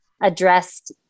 addressed